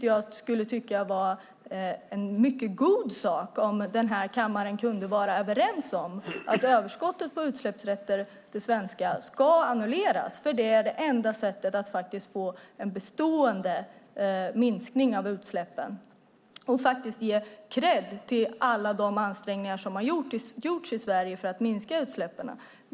Jag skulle tycka att det var en mycket god sak om kammaren kunde vara överens om att överskottet på utsläppsrätter, alltså det svenska, ska annulleras eftersom det är enda sättet att få en bestående minskning av utsläppen och ge kredd till alla de ansträngningar som har gjorts i Sverige för att minska utsläppen.